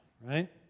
right